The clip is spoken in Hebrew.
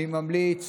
אני ממליץ